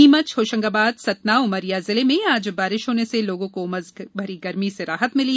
नीमच होशंगाबाद सतना उमरिया जिले में आज बारिश होने से लोगों को उमस भरी गर्मी से राहत मिली